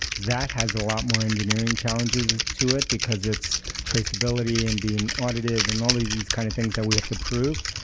that has a lot more engineering challenges to it, because it's traceability and being audited and all these these kind of things that we have to prove.